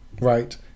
right